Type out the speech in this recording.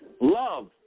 Love